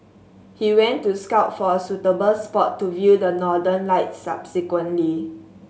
he went to scout for a suitable spot to view the Northern Lights subsequently